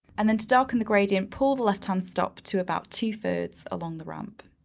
and then to darken the gradient, pull the left-hand stop to about two-thirds along the ramp.